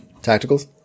Tacticals